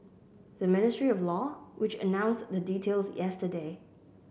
the Ministry of Law which announced the details yesterday